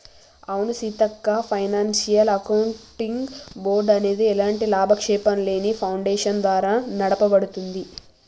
అవును Seethakka financial accounting board అనేది ఎలాంటి లాభాపేక్షలేని ఫాడేషన్ ద్వారా నడపబడుతుంది